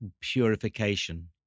purification